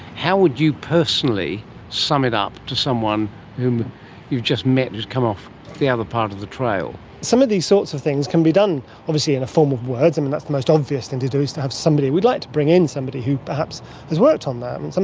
how would you personally it up to someone whom you've just met, just come off the other part of the trail? some of these sorts of things can be done obviously in a form of words, and that's the most obvious thing to do, is to have somebody, we'd like to bring in somebody who perhaps has worked on that. and